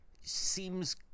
seems